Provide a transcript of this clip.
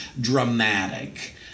dramatic